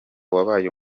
wabaye